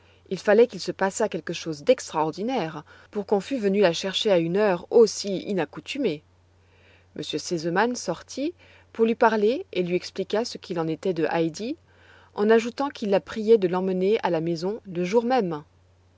il fallait qu'il se passât quelque chose d'extraordinaire pour qu'on fut venu la chercher à une heure aussi inaccoutumée m r sesemann sortit pour lui parler et lui expliqua ce qu'il en était de heidi en ajoutant qu'il la priait de l'emmener à la maison le jour même